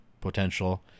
potential